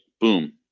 boom